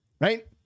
Right